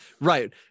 Right